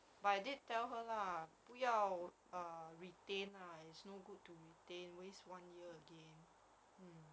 but I did tell her lah 不要 retain lah it's no good to retain waste one year again mm